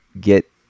get